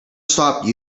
stopped